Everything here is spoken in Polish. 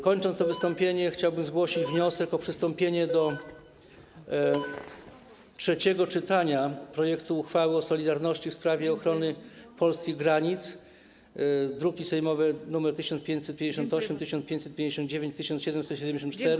Kończąc to wystąpienie, chciałbym zgłosić wniosek o przystąpienie do trzeciego czytania projektu uchwały o solidarności w sprawie ochrony polskich granic, druki sejmowe nr 1758, 1759 i 1774.